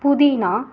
புதினா